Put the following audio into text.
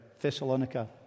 Thessalonica